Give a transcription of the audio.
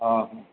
अह